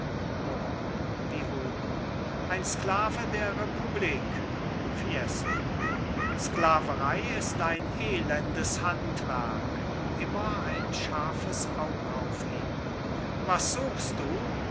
wie oben ein sklave der republik fiesco sklaverei ist ein elendes handwerk immer ein scharfes aug auf ihn was suchst du